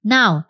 Now